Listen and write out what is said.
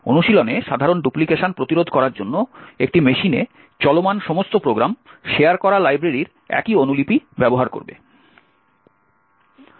অনুশীলনে সাধারণত ডুপ্লিকেশন প্রতিরোধ করার জন্য একটি মেশিনে চলমান সমস্ত প্রোগ্রাম শেয়ার করা লাইব্রেরির একই অনুলিপি ব্যবহার করবে